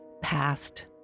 past